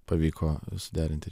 pavyko suderinti